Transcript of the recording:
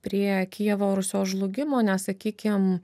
prie kijevo rusios žlugimo nes sakykim